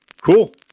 Cool